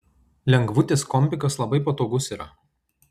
lengvutis kompikas labai patogus yra